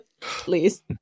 Please